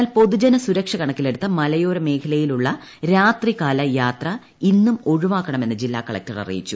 എന്നാൽ പൊതുജന സുരക്ഷ കണക്കിലെടുത്ത് മലയാരമേഖലയിലൂടയുളള രാത്രികാല യാത്ര ഇന്നും ഒഴിവാക്കണമെന്ന് ജില്ലാ കലക്ടർ അറിയിച്ചു